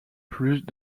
plus